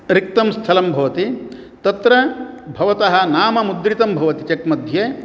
रिक्तं स्थलं भवति तत्र भवतः नाम मुद्रितं भवति चेक्मध्ये